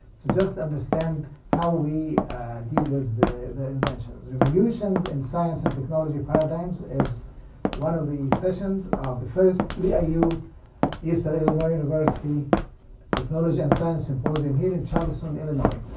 to just understand how we deal with the the inventions. revolutions in science and technology paradigms is one of the sessions of the first yeah eiu eastern illinois university technology and science symposium here in charleston, illinois.